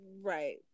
Right